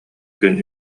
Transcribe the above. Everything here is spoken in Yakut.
күн